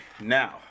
Now